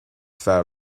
fearr